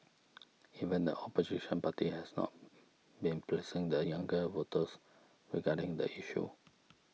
even the opposition party has not been pleasing the younger voters regarding the issue